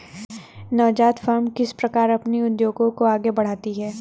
नवजात फ़र्में किस प्रकार अपने उद्योग को आगे बढ़ाती हैं?